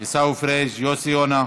עיסאווי פריג'; יוסי יונה,